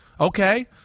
okay